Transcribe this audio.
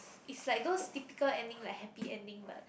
is like those typical ending like happy ending but